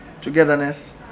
Togetherness